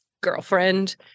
Girlfriend